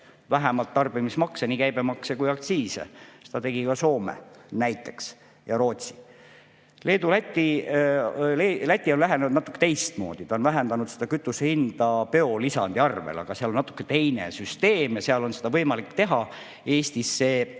vähemalt tarbimismakse, nii käibemakse kui ka aktsiise, seda tegid näiteks ka Soome ja Rootsi. Läti on lähenenud natukene teistmoodi, ta on vähendanud kütuse hinda biolisandi arvel, aga seal on natuke teine süsteem ja seal on seda võimalik teha. Eestis see